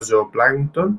zooplàncton